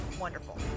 Wonderful